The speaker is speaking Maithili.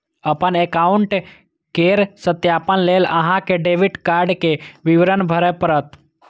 अपन एकाउंट केर सत्यापन लेल अहां कें डेबिट कार्ड के विवरण भरय पड़त